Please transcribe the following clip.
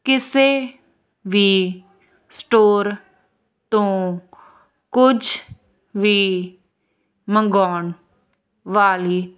ਕਿਸੇ ਵੀ ਸਟੋਰ ਤੋਂ ਕੁਝ ਵੀ ਮੰਗਾਉਣ ਵਾਲੀ